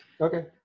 okay